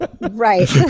Right